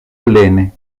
plene